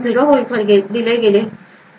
08 व्होल्टवर दिले गेले